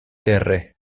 terre